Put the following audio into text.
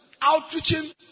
Outreaching